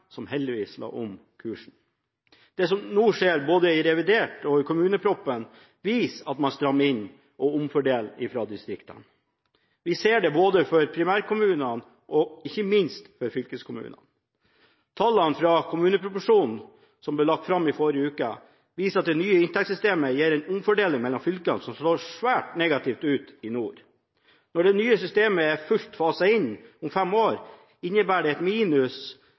som heldigvis la om kursen. Det som nå skjer, både i revidert og i kommuneproposisjonen, viser at man strammer inn og omfordeler fra distriktene. Vi ser det både for primærkommunene og ikke minst for fylkeskommunene. Tallene fra kommuneproposisjonen, som ble lagt fram i forrige uke, viser at det nye inntektssystemet gir en omfordeling mellom fylkene som slår svært negativt ut i nord. Når det nye systemet er fullt faset inn om fem år, innebærer det et minus